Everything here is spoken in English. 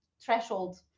Threshold